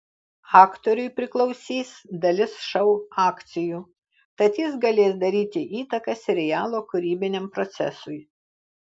aktoriui priklausys dalis šou akcijų tad jis galės daryti įtaką serialo kūrybiniam procesui